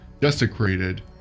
desecrated